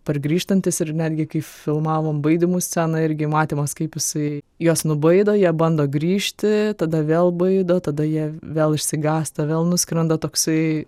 pargrįžtantis ir netgi kai filmavom baidymų sceną irgi matymas kaip jisai juos nubaido jie bando grįžti tada vėl baido tada jie vėl išsigąsta vėl nuskrenda toksai